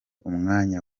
umwanya